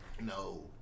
no